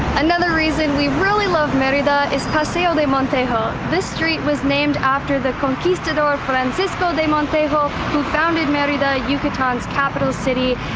another reason we really love merida is paseo de montejo. this street was named after the conquistador francisco de montejo who founded merida, yucatan's capital city.